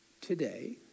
today